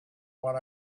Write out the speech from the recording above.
what